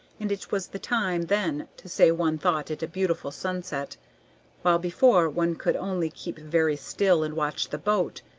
and it was the time then to say one thought it a beautiful sunset while before one could only keep very still, and watch the boat,